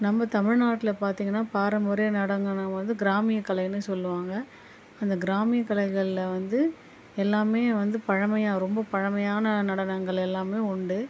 நம்ம தமிழ்நாட்டில் பார்த்தீங்கன்னா பாரம்பரிய நடனம் இது வந்து கிராமிய கலைன்னு சொல்லுவாங்க அந்த கிராமிய கலைகளில் வந்து எல்லாமே வந்து பழமையா ரொம்ப பழமையான நடனங்கள் எல்லாமே உண்டு